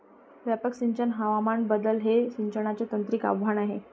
व्यापक सिंचन हवामान बदल हे सिंचनाचे तांत्रिक आव्हान आहे